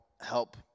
help